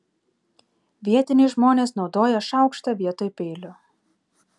vietiniai žmonės naudoja šaukštą vietoj peilio